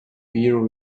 bear